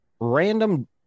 random